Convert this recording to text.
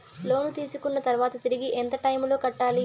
లోను తీసుకున్న తర్వాత తిరిగి ఎంత టైములో కట్టాలి